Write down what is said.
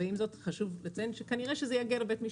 וחשוב לציין שכנראה שזה יגיע לבית משפט.